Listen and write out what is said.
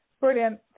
Brilliant